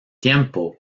tiempo